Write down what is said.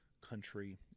country